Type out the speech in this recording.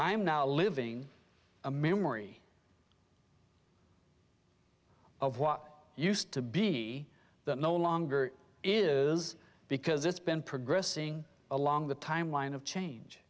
am now living a memory of what used to be that no longer is because it's been progressing along the timeline of change